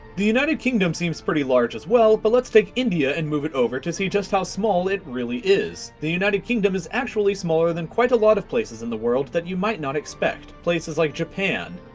the united kingdom seems pretty large as well. but let's take india and move it over to see just how small it really is. the united kingdom is actually smaller than quite a lot of places in the world that you might not expect, places like japan,